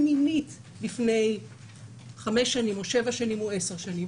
מינית לפני 5 שנים או 7 שנים או 10 שנים,